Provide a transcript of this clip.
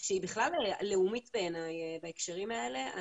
שהיא בכלל לאומית בעיניי בהקשרים האלה.